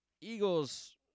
Eagles